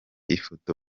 ifoto